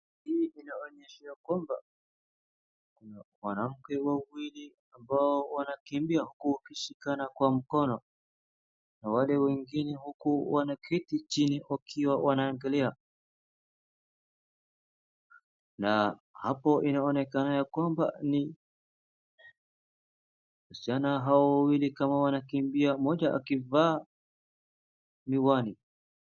Hii inaonyesha ya kwamba kuna wanamke wawili ambao wanakimbia wakiwa wameshikana mkono,. na wale wengine huku wanaketi chini wakiwa wanangalia na hapo .Inaonekana ya kwamba ni wasichana hao wawili kama wanakimbia mmoja akivaa miwani.